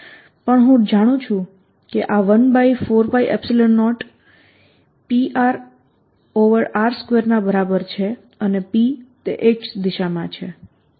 પણ હું જાણું છું કે આ 14π0 p r r2 ના બરાબર છે અને P એ x દિશામાં છે